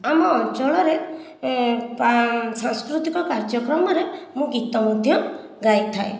ଆମ ଆଞ୍ଚଳ ରେ ଏ ସାଂସ୍କୃତିକ କାର୍ଯ୍ୟକ୍ରମ ରେ ମୁଁ ଗୀତ ମଧ୍ୟ ଗାଇଥାଏ